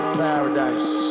paradise